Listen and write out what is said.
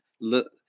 look